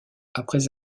après